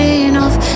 enough